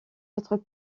autres